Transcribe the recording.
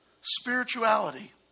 spirituality